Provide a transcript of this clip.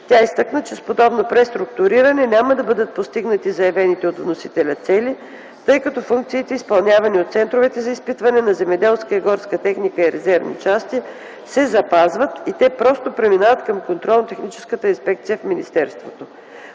Тя изтъкна, че с подобно преструктуриране няма да бъдат постигнати заявените от вносителя цели, тъй като функциите изпълнявани от центровете за изпитване на земеделска, горска техника и резервни части се запазват и те просто преминават към Контролно-техническата инспекция в министерството.